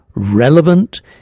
Relevant